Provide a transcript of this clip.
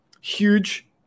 huge